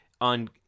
on